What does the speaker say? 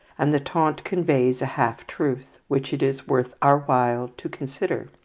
and the taunt conveys a half-truth which it is worth our while to consider.